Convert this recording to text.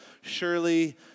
Surely